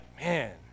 man